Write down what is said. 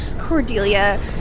Cordelia